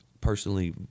personally